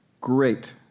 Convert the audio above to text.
Great